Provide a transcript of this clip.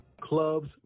clubs